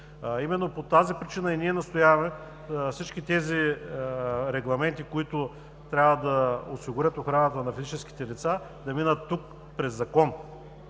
Именно по тази причина ние настояваме всички регламенти, които трябва да осигурят охраната на физическите лица, да минат през закон,